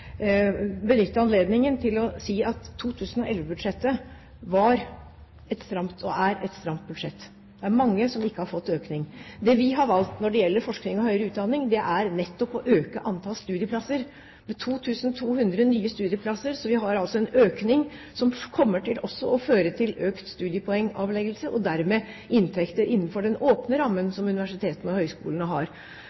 benytte anledningen til å si at 2011-budsjettet er et stramt budsjett. Det er mange som ikke har fått økning. Det vi har valgt når det gjelder forskning og høyere utdanning, er å øke antall studieplasser. Med 2 200 nye studieplasser har vi en økning som også kommer til å føre til økt studiepoengavleggelse og dermed til inntekter innenfor den åpne rammen